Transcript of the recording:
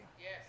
Yes